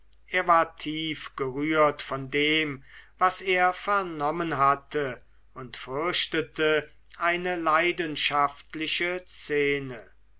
er war tief gerührt von dem was er vernommen hatte und fürchtete eine leidenschaftliche szene